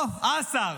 אוה, השר.